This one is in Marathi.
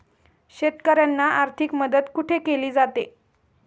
शेतकऱ्यांना आर्थिक मदत कुठे केली जाते?